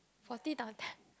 forty time ten